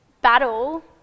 battle